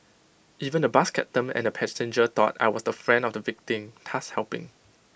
even the bus captain and A passenger thought I was the friend of the victim thus helping